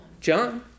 John